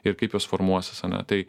ir kaip jos formuosis ane tai